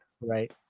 Right